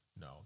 No